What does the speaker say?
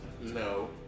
no